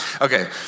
Okay